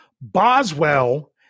Boswell